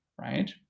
right